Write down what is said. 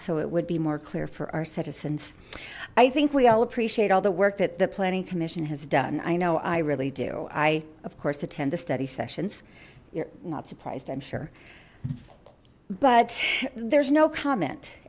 so it would be more clear for our citizens i think we all appreciate all the work that the planning commission has done i know i really do i of course attend the study sessions you're not surprised i'm sure but there's no comment